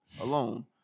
alone